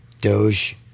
Doge